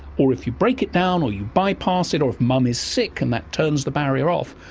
or if you break it down, or you bypass it, or of mum is sick and that turns the barrier off,